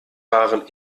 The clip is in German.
waren